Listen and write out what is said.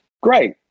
great